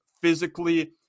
physically